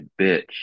bitch